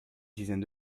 dizaine